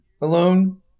alone